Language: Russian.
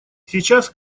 сейчас